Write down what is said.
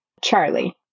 Charlie